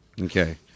Okay